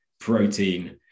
protein